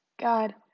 God